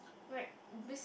like beside~